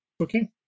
Okay